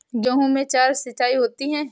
गेहूं में चार सिचाई होती हैं